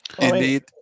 Indeed